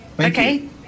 Okay